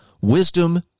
wisdom